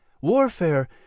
warfare